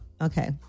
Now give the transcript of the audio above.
Okay